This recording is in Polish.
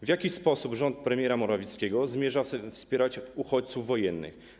W jaki sposób rząd premiera Morawieckiego zamierza wspierać uchodźców wojennych?